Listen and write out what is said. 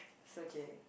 okay